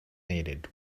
needed